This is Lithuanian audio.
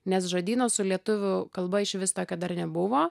nes žodyno su lietuvių kalba išvis tokio dar nebuvo